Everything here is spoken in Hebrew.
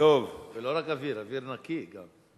לא רק אוויר, אוויר נקי גם.